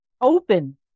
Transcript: open